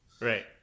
Right